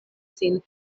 sin